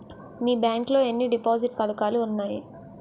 మీ bank లో ఎన్ని deposit పథకాలు ఉన్నాయి?